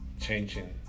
changing